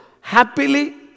happily